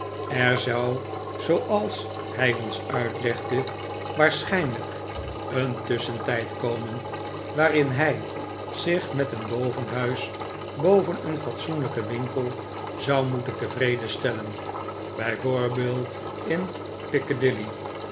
er zou zooals hij ons uitlegde waarschijnlijk een tusschentijd komen waarin hij zich met een bovenhuis boven een fatsoenlijken winkel zou moeten tevreden stellen bij voorbeeld in